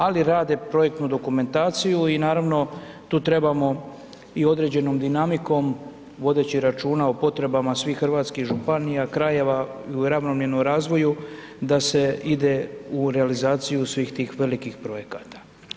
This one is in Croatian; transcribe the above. Ali rade projektnu dokumentaciju i naravno tu trebamo i određenom dinamikom, vodeći računa o potrebama svih hrvatskih županija, krajeva, i u ravnomjernom razvoju da se ide u realizaciju svih tih velikih projekata.